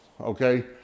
okay